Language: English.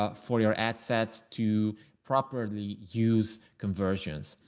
ah for your assets to properly use conversions.